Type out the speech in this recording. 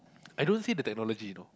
I don't see the technology you know